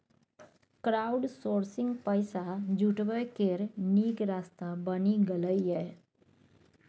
crowdsourcing पैसा जुटबै केर नीक रास्ता बनि गेलै यै